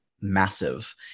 massive